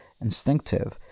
instinctive